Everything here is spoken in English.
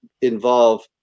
involve